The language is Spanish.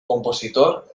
compositor